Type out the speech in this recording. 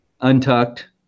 Untucked